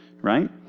right